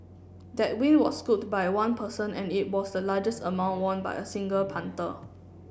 that win was scooped by one person and it was the largest amount won by a single punter